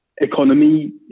economy